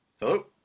Hello